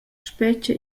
spetga